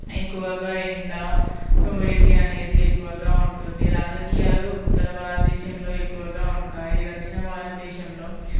ఎక్కువగా ఎండ హ్యూమిడిటీ అనేది ఎక్కువగా ఉంటుంది రాజకీయాలు ఉత్తర భారత దేశంలో ఎక్కువగా ఉంటాయి దక్షిణ భారత దేశంలో